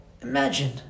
Imagine